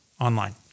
online